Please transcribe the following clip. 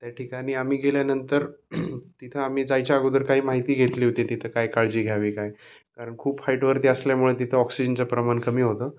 त्या ठिकाणी आमी गेल्यानंतर तिथं आम्ही जायच्या अगोदर काही माहिती घेतली होती तिथं काय काळजी घ्यावी काय कारण खूप हाईटवरती असल्यामुळे तिथं ऑक्सिजनं प्रमाण कमी होतं